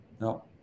No